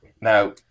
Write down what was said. Now